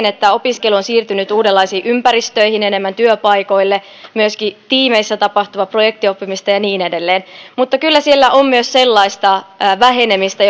että opiskelu on siirtynyt uudenlaisiin ympäristöihin enemmän työpaikoille on myöskin tiimeissä tapahtuvaa projektioppimista ja niin edelleen mutta kyllä siellä on myös sellaista vähenemistä